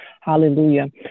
hallelujah